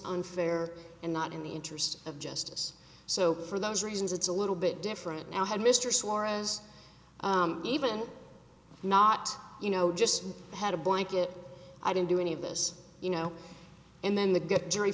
unfair and not in the interest of justice so for those reasons it's a little bit different now had mr suarez even not you know just had a blanket i didn't do any of this you know and then the